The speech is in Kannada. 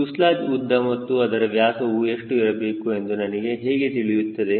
ಫ್ಯೂಸೆಲಾಜ್ ಉದ್ದ ಹಾಗೂ ಅದರ ವ್ಯಾಸವು ಎಷ್ಟು ಇರಬೇಕು ಎಂದು ನನಗೆ ಹೇಗೆ ತಿಳಿಯುತ್ತದೆ